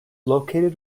located